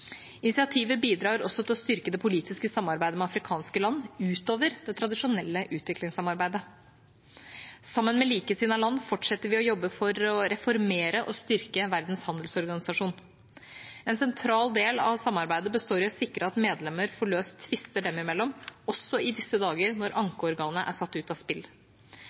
Initiativet bidrar også til å styrke det politiske samarbeidet med afrikanske land utover det tradisjonelle utviklingssamarbeidet. Sammen med likesinnede land fortsetter vi å jobbe for å reformere og styrke Verdens handelsorganisasjon. En sentral del av samarbeidet består i å sikre at medlemmer får løst tvister seg imellom, også i disse dager når ankeorganet er satt ut av spill.